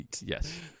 yes